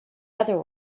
other